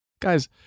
Guys